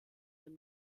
dem